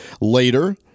Later